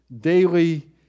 daily